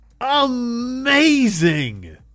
amazing